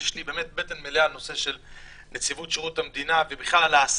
שיש לי בטן מלאה על נציבות שירות המדינה ובכלל על ההשמה,